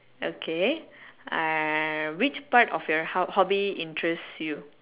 okay err which part of your hob~ hobby interests you